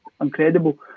incredible